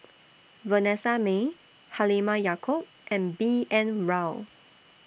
Vanessa Mae Halimah Yacob and B N Rao